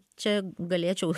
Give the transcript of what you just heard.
čia galėčiau